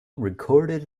recorded